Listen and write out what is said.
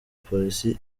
polisi